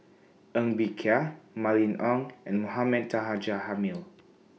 Ng Bee Kia Mylene Ong and Mohamed Taha Jamil